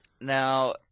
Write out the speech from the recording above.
Now